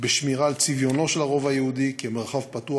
בשמירה על צביונו של הרובע היהודי כמרחב פתוח